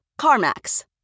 CarMax